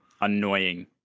annoying